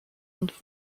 und